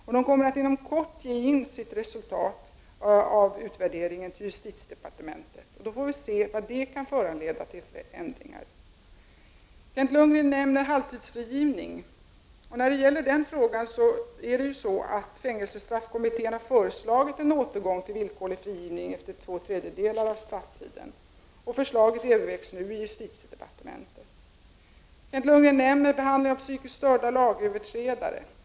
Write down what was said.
Inom kort förväntas de överlämna resultatet av denna utvärdering till justitiedepartementet. Då får vi se vilka förändringar detta kan föranleda. Kent Lundgren nämnde vidare halvtidsfrigivning. Fängelsestraffkommittén har föreslagit en återgång till villkorlig frigivning efter två tredjedelar av strafftiden. Förslaget övervägs nu inom justitiedepartementet. Kent Lundgren nämnde också behandlingen av psykiskt störda lagöverträdare.